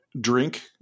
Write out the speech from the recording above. drink